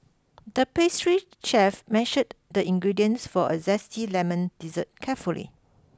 the pastry chef measured the ingredients for a zesty lemon dessert carefully